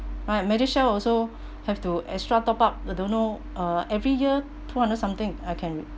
my medishield also have to extra top up uh don't know uh every year two hundred something I can